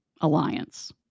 alliance